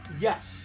Yes